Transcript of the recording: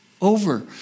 over